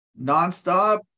nonstop